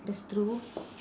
that's true